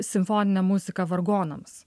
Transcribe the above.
simfoninė muzika vargonams